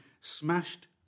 smashed